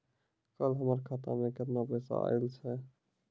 कल हमर खाता मैं केतना पैसा आइल छै?